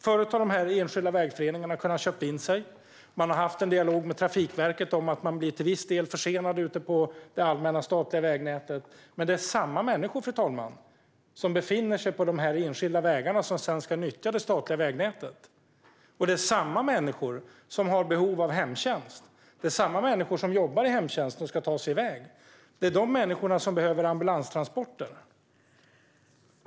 Förut har de enskilda vägföreningarna kunnat köpa in sig. Man har haft en dialog med Trafikverket om att man till viss del blir försenad ute på det allmänna, statliga vägnätet - men det är samma människor, fru talman, som befinner sig på de enskilda vägarna som sedan ska nyttja det statliga vägnätet. Det är samma människor som har behov av hemtjänst. Det är samma människor som jobbar i hemtjänsten och ska ta sig iväg. Det är samma människor som behöver ambulanstransporter.